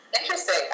Interesting